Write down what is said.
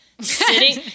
sitting